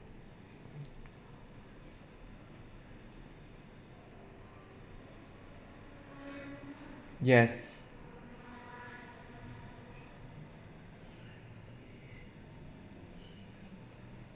yes